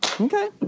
Okay